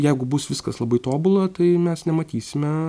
jeigu bus viskas labai tobula tai mes nematysime